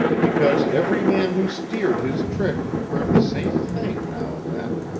because every man who steered his trick heard the same thing now and then